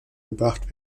gebracht